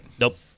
Nope